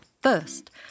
First